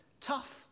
tough